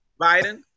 Biden